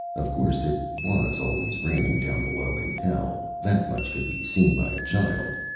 of course it was always raining down below in hell, that much could be seen by a child.